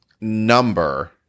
number